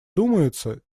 думается